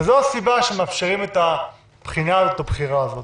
וזאת הסיבה שמאפשרים את הבחירה הזאת.